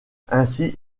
ainsi